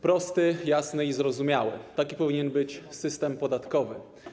Prosty, jasny i zrozumiały - taki powinien być system podatkowy.